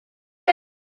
yma